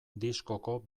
diskoko